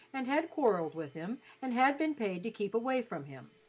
and had quarrelled with him and had been paid to keep away from him